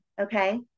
Okay